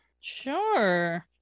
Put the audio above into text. sure